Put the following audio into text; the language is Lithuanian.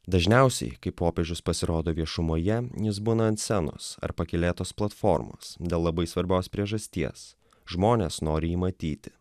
dažniausiai kai popiežius pasirodo viešumoje jis būna ant scenos ar pakylėtos platformos dėl labai svarbios priežasties žmonės nori jį matyti